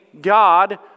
God